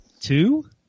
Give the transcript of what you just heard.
two